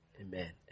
amen